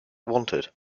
wanted